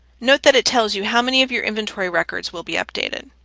note that it tells you how many of your inventory records will be updated.